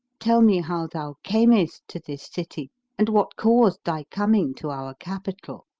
tell me how thou camest to this city and what caused thy coming to our capital.